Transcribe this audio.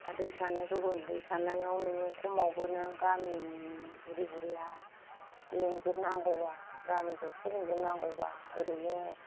आर दै सारनायखौ होन दै सारनायाव नोङो खमावबो नोङो गामिनि बुरै बुरैआ लेंजोबनांगौबा गामि दरसे लेंजोबनांगौबा ओरैनो